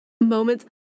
moments